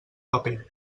paper